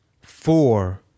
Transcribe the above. four